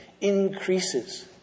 increases